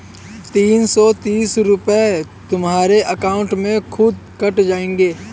तीन सौ तीस रूपए तुम्हारे अकाउंट से खुद कट जाएंगे